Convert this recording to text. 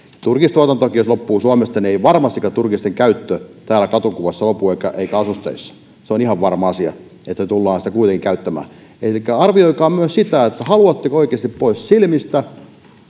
turkistuotantokin loppuu suomesta niin ei varmastikaan turkisten käyttö täällä katukuvassa lopu eikä asusteissa se on ihan varma asia että tullaan niitä kuitenkin käyttämään elikkä arvioikaa myös sitä haluatteko asian oikeasti pois silmistä